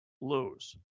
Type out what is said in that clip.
lose